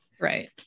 right